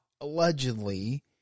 allegedly